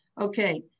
Okay